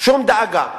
שום דאגה.